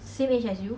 same age as you